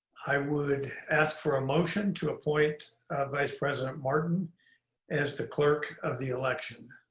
i would ask for a motion to appoint vice president martin as the clerk of the election.